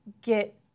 get